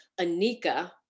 Anika